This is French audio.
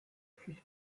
fut